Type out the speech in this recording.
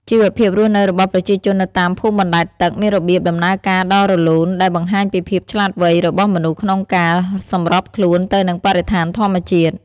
ជីវភាពរស់នៅរបស់ប្រជាជននៅតាមភូមិបណ្ដែតទឹកមានរបៀបដំណើរការដ៏រលូនដែលបង្ហាញពីភាពឆ្លាតវៃរបស់មនុស្សក្នុងការសម្របខ្លួនទៅនឹងបរិស្ថានធម្មជាតិ។